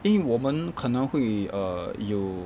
因为我们可能会 err 有